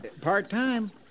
Part-time